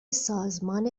سازمان